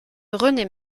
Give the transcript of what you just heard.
rené